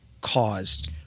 caused